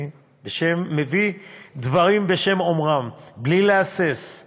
אני מביא דברים בשם אומרם בלי להסס,